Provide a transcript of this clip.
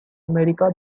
america